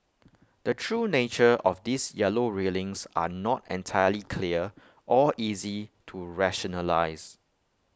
the true nature of these yellow railings are not entirely clear or easy to rationalise